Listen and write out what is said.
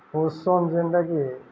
ପୁଷ୍ସନ୍ ଜେନ୍ଟାକିି